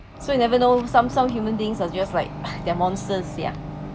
so you never know some some human beings are just like they're monsters ya